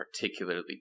particularly